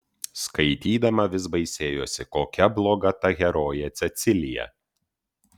skaitydama vis baisėjosi kokia bloga ta herojė cecilija